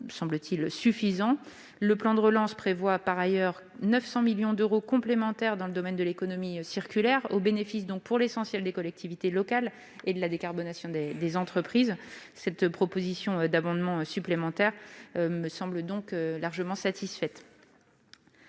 semble-t-il, suffisants. Le plan de relance prévoit par ailleurs 900 millions d'euros complémentaires dans le domaine de l'économie circulaire, au bénéfice pour l'essentiel des collectivités locales et de la décarbonation des entreprises. Cette proposition d'abondement supplémentaire me semble donc largement satisfaite.